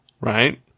right